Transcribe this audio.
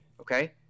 Okay